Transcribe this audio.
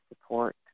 support